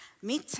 mit